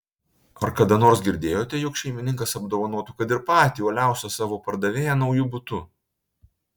ar kada nors girdėjote jog šeimininkas apdovanotų kad ir patį uoliausią savo pardavėją nauju butu